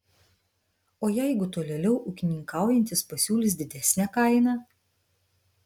o jeigu tolėliau ūkininkaujantis pasiūlys didesnę kainą